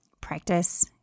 practice